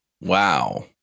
Wow